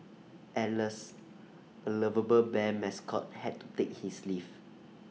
alas A lovable bear mascot had to take his leave